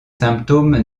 symptômes